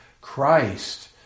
Christ